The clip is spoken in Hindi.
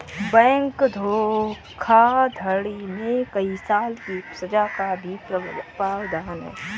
बैंक धोखाधड़ी में कई साल की सज़ा का भी प्रावधान है